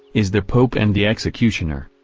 is the pope and the executioner.